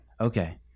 okay